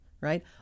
Right